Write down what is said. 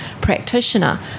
practitioner